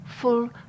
full